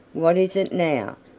what is it now?